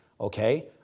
Okay